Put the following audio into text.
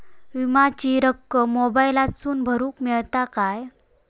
विमाची रक्कम मोबाईलातसून भरुक मेळता काय?